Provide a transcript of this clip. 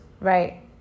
Right